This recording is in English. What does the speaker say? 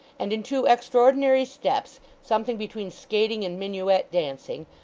and in two extraordinary steps, something between skating and minuet dancing,